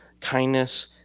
kindness